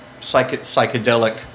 psychedelic